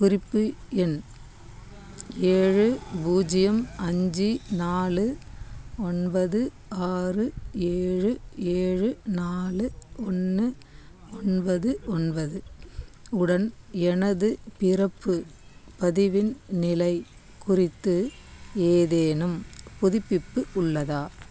குறிப்பு எண் ஏழு பூஜ்ஜியம் அஞ்சு நாலு ஒன்பது ஆறு ஏழு ஏழு நாலு ஒன்று ஒன்பது ஒன்பது உடன் எனது பிறப்பு பதிவின் நிலை குறித்து ஏதேனும் புதுப்பிப்பு உள்ளதா